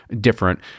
different